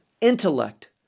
intellect